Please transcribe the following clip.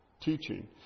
teaching